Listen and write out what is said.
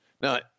Now